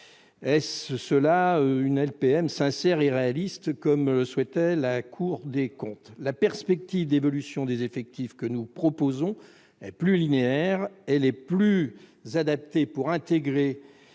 Est-ce cela, la LPM « sincère et réaliste » que souhaitait la Cour des comptes ? La perspective d'évolution des effectifs que nous proposons est plus linéaire et plus adaptée à l'intégration